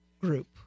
group